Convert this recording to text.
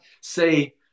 say